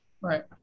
Right